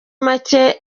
make